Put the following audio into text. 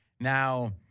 Now